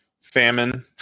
famine